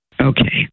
Okay